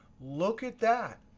look at that.